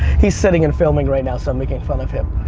he's sitting and filming right now so i'm making fun of him.